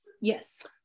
yes